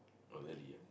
oh really ah